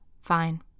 Fine